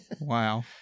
Wow